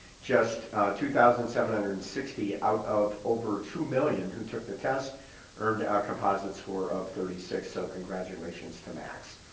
just two thousand seven hundred and sixty out of over two million who took the test earned a composite score of thirty six, so congratulations to max.